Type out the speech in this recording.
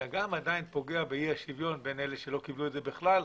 אתה פוגע באי השוויון בין אלה שלא קיבלו את זה בכלל,